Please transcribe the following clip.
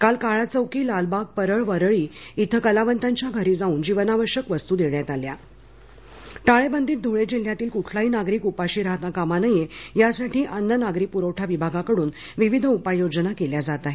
काल काळाचौकी लालबाग परळ वरळी इथं कलावंतांच्या घरी जाऊन जीवनावश्यक वस्तू देण्यात आल्या टाळेबंदीत धुळे जिल्ह्यातील कुठलाही नागरिक उपाशी राहता कामा नये यासाठी अन्न नागरी पुरवठा विभागाकडून विविध उपाययोजना केल्या आहेत